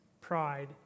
pride